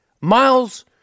Miles